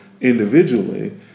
individually